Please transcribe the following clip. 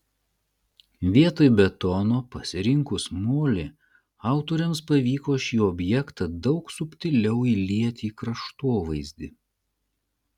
vietoj betono pasirinkus molį autoriams pavyko šį objektą daug subtiliau įlieti į kraštovaizdį